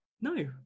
No